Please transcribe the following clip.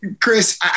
Chris